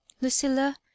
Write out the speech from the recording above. lucilla